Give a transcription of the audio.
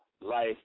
life